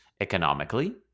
economically